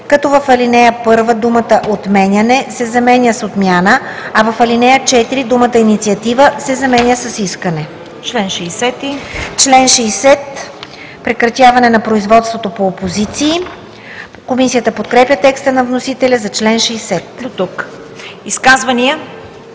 като в ал. 1 думата „отменяне“ се заменя с „отмяна“, а в ал. 4 думата „инициатива“ се заменя с „искане“. „Член 60 – Прекратяване на производството по опозиции“. Комисията подкрепя текста на вносителя за чл. 60. ПРЕДСЕДАТЕЛ